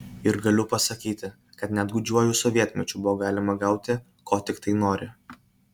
ir galiu pasakyti kad net gūdžiuoju sovietmečiu buvo galima gauti ko tiktai nori